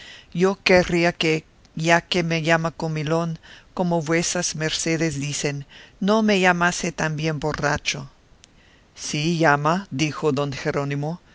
yo querría que ya que me llama comilón como vuesas mercedes dicen no me llamase también borracho sí llama dijo don jerónimo